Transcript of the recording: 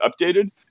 updated